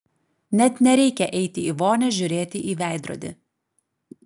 net nereikia eiti į vonią žiūrėti į veidrodį